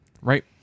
right